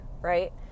right